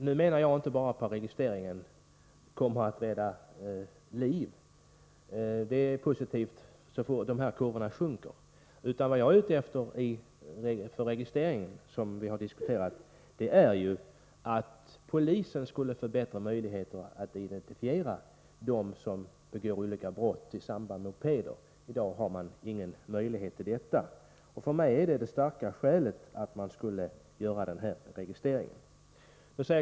Jag menar inte bara att registreringen i fråga kommer att rädda liv — i och för sig är det ju positivt om olyckskurvorna visar på en nedgång — utan vad jag också är ute efter när det gäller den aktuella registreringen är att polisen skulle få bättre möjligheter att identifiera dem som begår olika typer av brott i samband med mopedåkning. I dag har man ingen möjlighet att identifiera dem. För mig är det ett starkt skäl för den här registreringen.